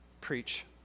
Preach